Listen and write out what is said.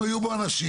אם היו בו אנשים,